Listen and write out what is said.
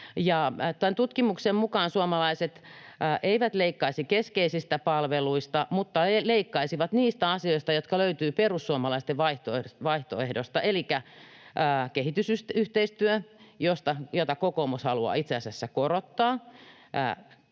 Tämän tutkimuksen mukaan suomalaiset eivät leikkaisi keskeisistä palveluista mutta haluaisivat leikata niistä asioista, jotka löytyvät perussuomalaisten vaihtoehdosta: kehitysyhteistyöstä — jota kokoomus haluaa itse asiassa korottaa